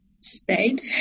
stayed